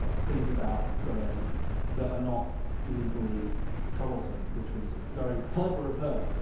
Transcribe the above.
ah things about graham that are not legally troublesome, which was very clever of her.